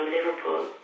Liverpool